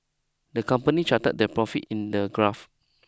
the company charted their profits in the graph